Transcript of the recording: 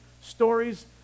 stories